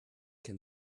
can